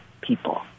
people